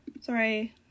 Sorry